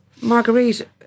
Marguerite